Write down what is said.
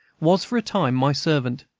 was, for a time, my servant.